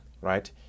right